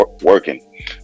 Working